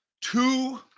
two